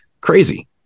crazy